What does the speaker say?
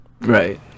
Right